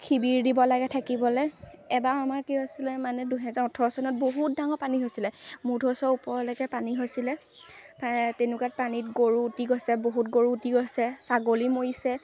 শিবিৰ দিব লাগে থাকিবলৈ এবাৰ আমাৰ কি হৈছিলে মানে দুহেজাৰ ওঠৰ চনত বহুত ডাঙৰ পানী হৈছিলে মূধচৰ ওপৰলৈকে পানী হৈছিলে তা তেনেকুৱাত পানীত গৰু উটি গৈছে বহুত গৰু উটি গৈছে ছাগলী মৰিছে